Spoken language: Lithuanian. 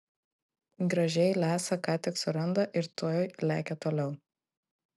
gražiai lesa ką tik suranda ir tuoj lekia toliau